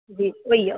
ते होई जाह्ग